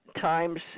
times